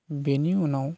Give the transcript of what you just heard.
बेनि उनाव